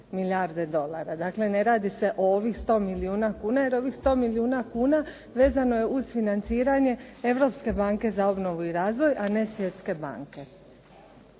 milijarde dolara. Dakle, ne radi se o ovih 100 milijuna kuna. Jer ovih 100 milijuna kuna vezano je uz financiranje Europske banke za obnovu i razvoj, a ne Svjetske banke.